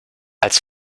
als